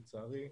לצערי,